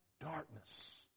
darkness